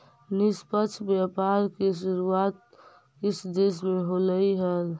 निष्पक्ष व्यापार की शुरुआत किस देश से होलई हल